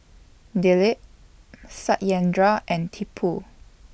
Dilip Satyendra and Tipu